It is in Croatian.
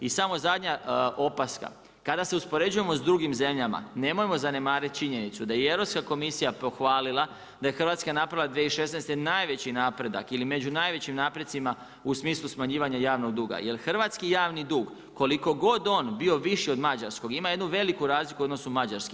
I samo zadnja opaska, kada se uspoređujemo s drugim zemljama, nemojmo zanemariti činjenicu da je i Europska komisija pohvalila da je Hrvatska napravila 2016. najveći napredak ili među najvećim naprecima u smislu smanjivanja javnog duga, jel hrvatski javni dug koliko god on bio viši od mađarskog ima jednu veliku razliku u odnosu na mađarski.